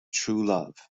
truelove